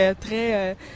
très